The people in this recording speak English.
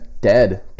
Dead